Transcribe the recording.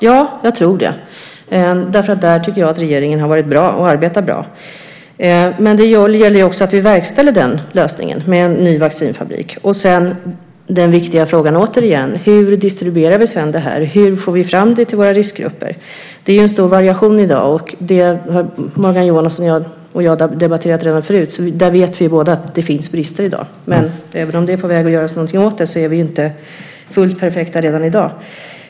Ja, jag tror det, för där tycker jag att regeringen har varit bra och arbetar bra. Men det gäller också att vi verkställer den lösningen med en ny vaccinfabrik. Sedan har vi återigen den viktiga frågan: Hur distribuerar vi det här? Hur får vi fram det till våra riskgrupper? Det är ju en stor variation i dag. Det har Morgan Johansson och jag debatterat förut. Där vet vi båda att det finns brister i dag. Men även om det är på väg att göras något åt det är vi ju inte fullt perfekta redan i dag.